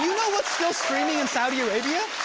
what's still streaming in saudi arabia?